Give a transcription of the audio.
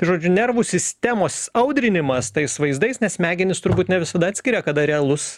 žodžiu nervų sistemos audrinimas tais vaizdais nes smegenys turbūt ne visada atskiria kada realus